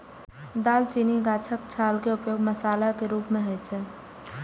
दालचीनी गाछक छाल के उपयोग मसाला के रूप मे होइ छै